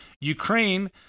Ukraine